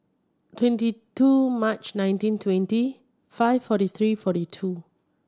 twenty two March nineteen twenty five forty three forty two